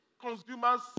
consumers